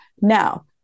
Now